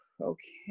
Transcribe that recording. okay